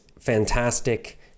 fantastic